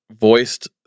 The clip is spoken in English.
voiced